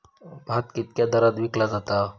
भात कित्क्या दरात विकला जा?